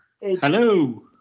Hello